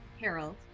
Harold